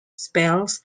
spells